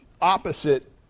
opposite